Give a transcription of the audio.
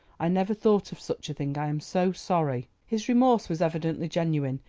i never thought of such a thing. i am so sorry. his remorse was evidently genuine,